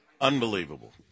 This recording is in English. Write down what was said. Unbelievable